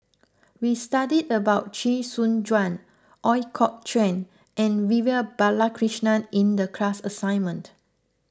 we studied about Chee Soon Juan Ooi Kok Chuen and Vivian Balakrishnan in the class assignment